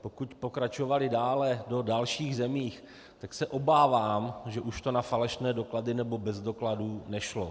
Pokud pokračovali do dalších zemí, tak se obávám, že už to na falešné doklady nebo bez dokladů nešlo.